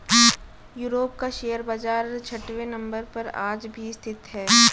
Europe का share बाजार छठवें नम्बर पर आज भी स्थित है